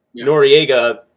Noriega